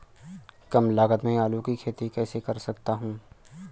कम लागत में आलू की खेती कैसे कर सकता हूँ?